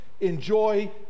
enjoy